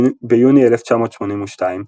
ביוני 1982,